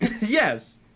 Yes